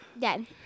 Dad